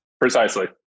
Precisely